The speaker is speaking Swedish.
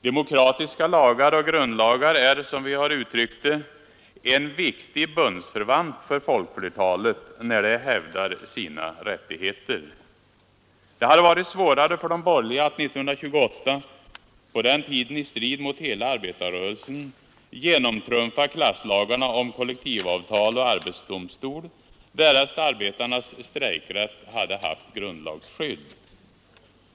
Demokratiska lagar och grundlagar är, som vi uttryckt det, en viktig bundsförvant för folkflertalet, när det hävdar sina rättigheter. Det hade varit svårare för de borgerliga att 1928 — på den tiden i strid mot hela arbetarrörelsen — genomtrumfa klasslagarna om kollektivavtal och arbetsdomstol, därest arbetarnas strejkrätt hade haft grundlagsskydd.